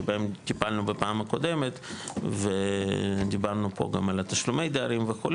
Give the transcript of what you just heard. שבהם טיפלנו בפעם הקודמת ודיברנו פה גם על תשלומי הדיירים וכו',